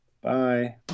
bye